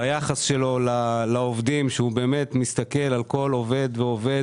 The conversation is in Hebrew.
היחס שלו לעובדים שהוא מסתכל על כל עובד ועובד